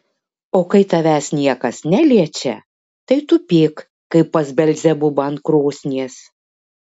o kai tavęs niekas neliečia tai tupėk kaip pas belzebubą ant krosnies